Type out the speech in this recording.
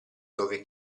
dove